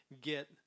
get